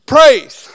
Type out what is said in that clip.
Praise